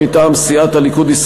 מטעם סיעת הליכוד,